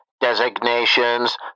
designations